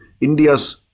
India's